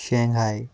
Shanghai